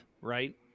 right